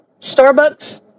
Starbucks